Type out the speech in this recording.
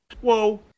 Whoa